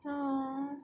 ya